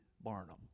Barnum